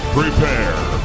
prepare